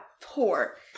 poor